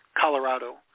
colorado